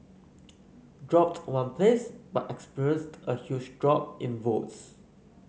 dropped one place but experienced a huge drop in votes